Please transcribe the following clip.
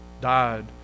died